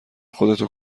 خودتو